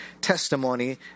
testimony